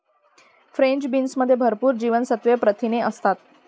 French बीन्समध्ये भरपूर जीवनसत्त्वे, प्रथिने असतात